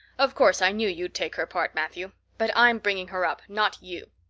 of course i knew you'd take her part, matthew. but i'm bringing her up, not you.